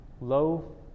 low